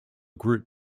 group